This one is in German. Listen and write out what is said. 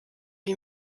wie